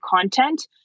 content